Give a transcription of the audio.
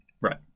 Right